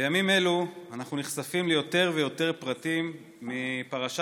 בימים אלו אנחנו נחשפים ליותר ויותר פרטים מפרשה